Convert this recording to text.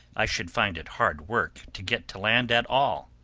i should find it hard work to get to land at all.